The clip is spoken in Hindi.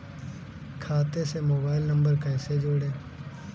खाते से मोबाइल नंबर कैसे जोड़ें?